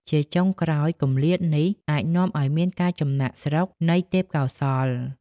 ជាចុងក្រោយ គម្លាតនេះអាចនាំឱ្យមាន ការចំណាកស្រុកនៃទេពកោសល្យ។